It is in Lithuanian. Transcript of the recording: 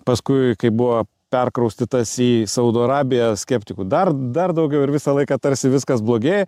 paskui kaip buvo perkraustytas į saudo arabiją skeptikų dar dar daugiau ir visą laiką tarsi viskas blogėja